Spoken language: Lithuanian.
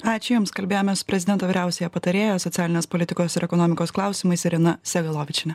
ačiū jums kalbėjomės su prezidento vyriausiąja patarėja socialinės politikos ir ekonomikos klausimais irena sevelovičiene